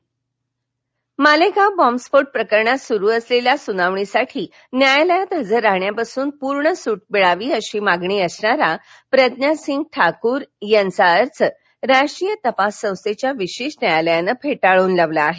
मालेगाव स्फो मालेगाव बॉम्बस्फोट प्रकरणात सुरु असलेल्या सुनावणीसाठी न्यायालयात हजर राहण्यातून पूर्ण सूट मिळावी अशी मागणी असणारा प्रज्ञासिंग ठाकूर यांचा अर्ज राष्ट्रीय तपास संस्थेच्या विशेष न्यायालयानं फेटाळला आहे